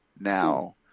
now